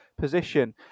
Position